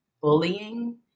bullying